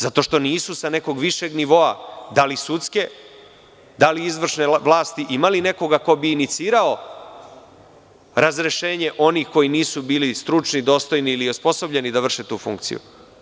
Zato što nisu sa nekog višeg nivoa, da li sudske, da li izvršne vlasti, imali nekoga ko bi inicirao razrešenje onih koji nisu bili stručni, dostojni ili osposobljeni da vrše tu funkciju.